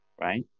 right